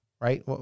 right